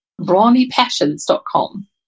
brawnypassions.com